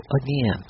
again